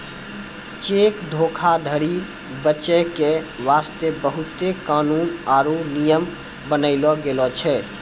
cheque धोखाधरी बचै के बास्ते बहुते कानून आरु नियम बनैलो गेलो छै